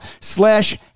slash